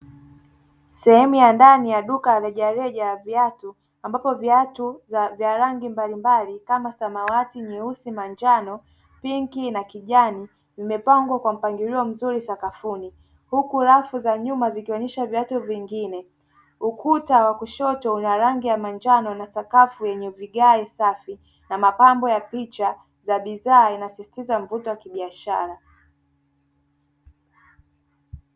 Sehemu ya ndani ya duka la rejareja la viatu ambapo viatu vya rangi mbalimbali kama samawati, nyeusi na njano, pinki na kijani vimepangwa kwa mpangilio mzuri sakafuni huku rafu za nyuma zikionyesha viatu vingine. Ukuta wa kushoto una rangi ya manjano na sakafu yenye vigae safi na mapambo ya picha za bidhaa inasisitiza mvuto wa kibiashara.